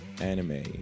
anime